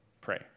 pray